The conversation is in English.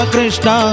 Krishna